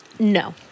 No